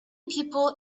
people